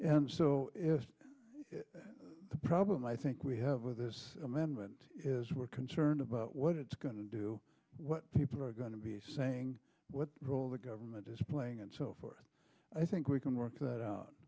and so the problem i think we have with this amendment is we're concerned about what it's going to do what people are going to be saying what role the government is playing and so forth i think we can work that out